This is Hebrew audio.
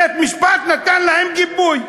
בית-משפט נתן להם גיבוי,